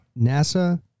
NASA